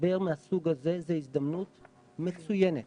משבר מהסוג הזה זו הזדמנות מצוינת